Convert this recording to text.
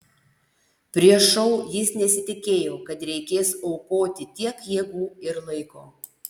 prieš šou jis nesitikėjo kad reikės aukoti tiek jėgų ir laiko